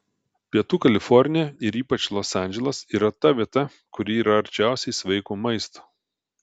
pietų kalifornija ir ypač los andželas yra ta vieta kuri yra arčiausiai sveiko maisto